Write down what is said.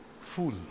full